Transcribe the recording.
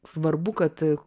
svarbu kad